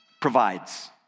provides